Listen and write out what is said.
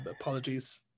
apologies